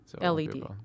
LED